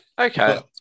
Okay